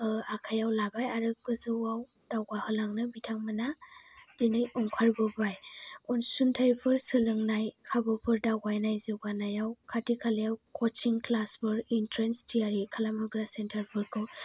आखायाव लाबाय आरो गोजौआव दावगा होलांनो बिथां मोना दिनै ओंखार बोबाय अनसुंथायफोर सोलोंनाय खाबुफोर दावबायनाय जौगानायाव खाथि खालायाव कचिं ख्लासफोर इन्ट्रेन्स थियारि खालामहोग्रा सेन्टार फोरखौ